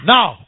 Now